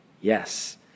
Yes